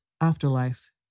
afterlife